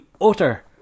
utter